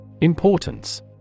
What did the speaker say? Importance